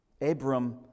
Abram